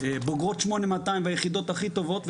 בוגרות 8200 והיחידות הכי טובות,